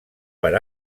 per